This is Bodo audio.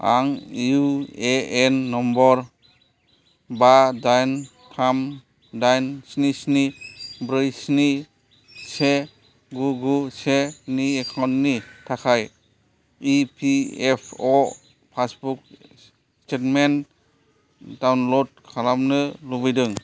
आं इउएएन नम्बर बा दाइन थाम दाइन स्नि स्नि ब्रै स्नि से गु गु से नि एकाउन्टनि थाखाय इपिएफअ पासबुक स्टेटमेन्ट डाउनलड खालामनो लुबैदों